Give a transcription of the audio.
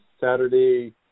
Saturday